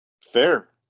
Fair